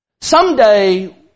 someday